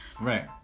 Right